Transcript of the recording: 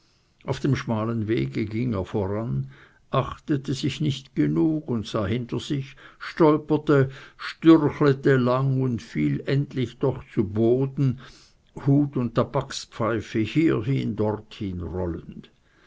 auf dem schmalen wege ging er voran achtete sich nicht genug und sah hinter sich stolperte stürchlete lang und fiel endlich zu boden hut und tabakspfeife hier hin dort hin rollend